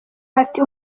ati